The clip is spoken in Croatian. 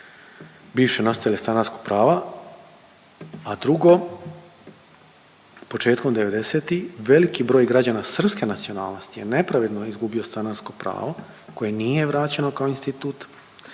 razumije./... stanarsko prava, a drugo, početkom 90-ih veliki broj građana srpske nacionalnosti je nepravedno izgubio stanarsko pravo koje nije vraćeno kao institut,